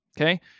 okay